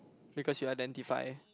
because you identify